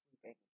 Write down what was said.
sleeping